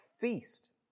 feast